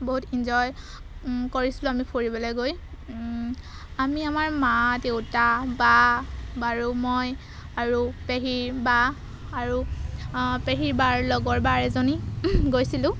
বহুত ইঞ্জয় কৰিছিলোঁ আমি ফুৰিবলৈ গৈ আমি আমাৰ মা দেউতা বা আৰু মই আৰু পেহীৰ বা আৰু পেহীৰ বাৰ লগৰ বা এজনী গৈছিলোঁ